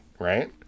right